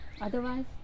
otherwise